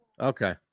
Okay